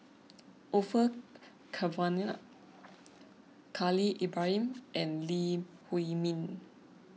Orfeur Cavenagh Khalil Ibrahim and Lee Huei Min